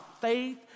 faith